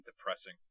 depressing